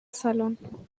salon